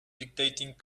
dictating